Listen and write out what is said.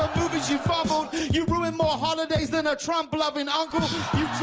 movies you fumbled you ruined more holidays than a trump loving uncle